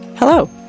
Hello